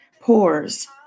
pores